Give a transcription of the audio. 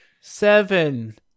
Seven